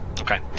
okay